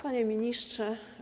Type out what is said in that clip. Panie Ministrze!